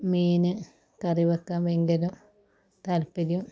മീൻ കറി വെക്കാൻ ഭയങ്കര താൽപ്പര്യം